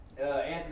Anthony